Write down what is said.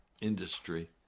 industry